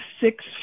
six